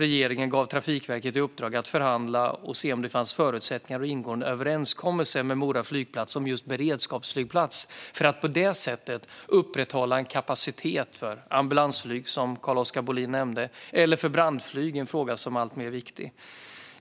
Regeringen gav då Trafikverket i uppdrag att förhandla och se om det fanns förutsättningar att ingå en överenskommelse med Mora flygplats som just beredskapsflygplats för att på det sättet upprätthålla en kapacitet för ambulansflyg, som Carl-Oskar Bohlin nämnde, eller för brandflyg, en fråga som blivit alltmer viktig.